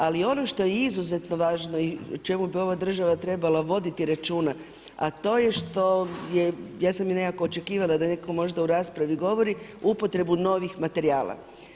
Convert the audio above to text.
Ali ono što je izuzetno važno i o čemu bi ova država trebala voditi računa, a to je što je ja sam i nekako očekivala da neko možda u raspravi govori, upotrebu novih materijala.